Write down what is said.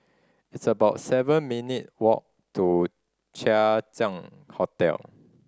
it's about seven minute walk to Chang Ziang Hotel